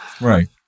Right